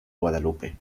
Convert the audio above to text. guadalupe